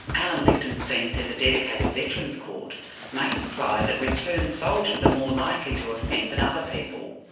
allen lichtenstein says a dedicated veterans' court may imply that returned soldiers are more likely to offend than other people.